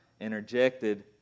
interjected